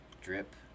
drip